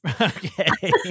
Okay